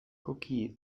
cookie